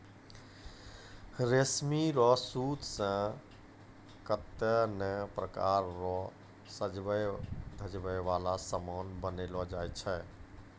रेशमी रो सूत से कतै नै प्रकार रो सजवै धजवै वाला समान बनैलो जाय छै